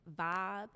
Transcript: vibe